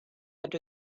but